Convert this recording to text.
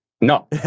no